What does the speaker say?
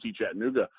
Chattanooga